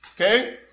Okay